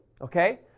okay